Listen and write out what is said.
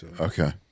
Okay